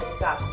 stop